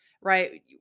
right